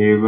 a20